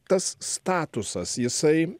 tas statusas jisai